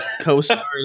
co-stars